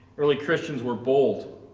early christians were bold